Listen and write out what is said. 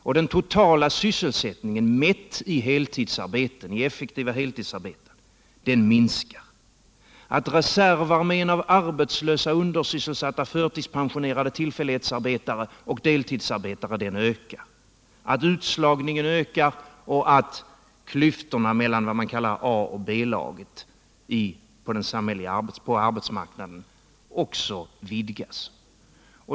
att den totala sysselsättningen mätt i effektivt heltidsarbete minskar, att reservarmén av arbetslösa undersysselsatta förtidspensionerade tillfällighetsarbetare och deltidsarbetare ökar, att utslagningen ökar och att klyftorna mellan det s.k. A-laget och B-laget på arbetsmarknaden också vidgas.